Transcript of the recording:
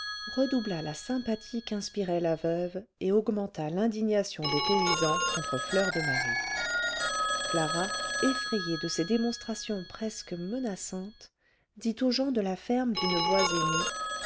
redoubla la sympathie qu'inspirait la veuve et augmenta l'indignation des paysans contre fleur de marie clara effrayée de ces démonstrations presque menaçantes dit aux gens de la ferme d'une voix émue